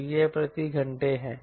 तो यह प्रति घंटे है